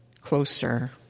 closer